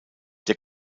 der